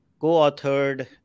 co-authored